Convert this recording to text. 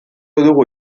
dugu